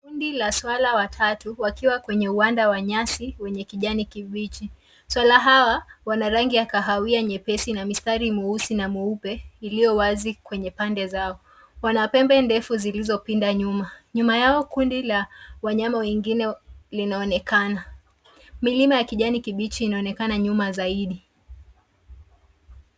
Kundi la swala watatu wakiwa kwenye uwanda wa nyasi wenye kijani kibichi. Swala hawa wana rangi ya kahawia nyepesi na mistari mweusi na mweupe iliyo wazi kwenye pande zao. Wana pembe ndefu zilizopinda nyuma. Nyuma yao kundi la wanyama wengine linaonekana. Milima ya kijani kibichi inaonekana nyuma zaidi.